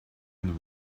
and